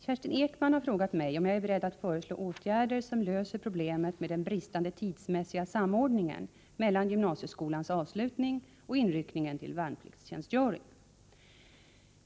Herr talman! Kerstin Ekman har frågat mig om jag är beredd att föreslå åtgärder som löser problemet med den bristande tidsmässiga samordningen mellan gymnasieskolans avslutning och inryckningen till värnpliktstjänstgöring.